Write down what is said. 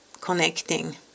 connecting